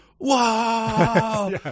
wow